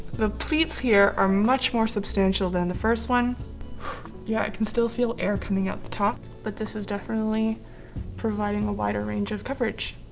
the pleats here are much more substantial than the first one yeah, i can still feel air coming out the top but this is definitely providing a wider range of coverage.